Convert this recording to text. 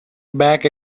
back